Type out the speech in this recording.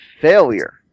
failure